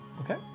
Okay